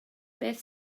beth